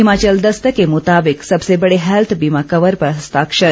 हिमाचल दस्तक के मुताबिक सबसे बड़े हेल्थ बीमा कवर पर हस्ताक्षर